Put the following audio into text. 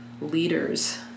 Leaders